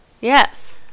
Yes